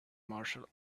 martial